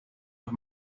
los